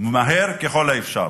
מהר ככל האפשר.